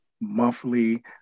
monthly